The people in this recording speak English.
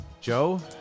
Joe